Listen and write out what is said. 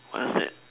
what's that